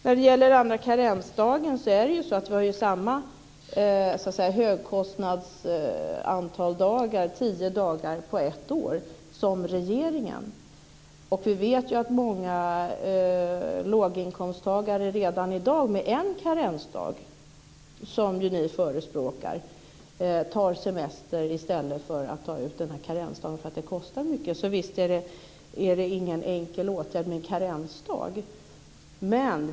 När det gäller den andra karensdagen har vi samma förslag till antal dagar för högkostnadsskyddet, tio dagar på ett år, som regeringen. Vi vet att många låginkomsttagare redan i dag med en karensdag, som ju ni förespråkar, tar semester i stället för att ta ut en karensdag, eftersom det kostar mycket. Visst är det inte någon enkel åtgärd med en karensdag.